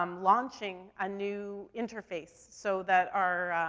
um launching a new interface so that our,